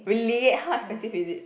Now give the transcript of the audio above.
really how expensive is it